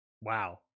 Wow